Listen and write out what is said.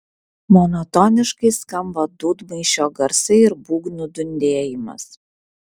monotoniškai skamba dūdmaišio garsai ir būgnų dundėjimas